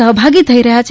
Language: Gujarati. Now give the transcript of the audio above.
સહભાગી થઈ રહ્યા છે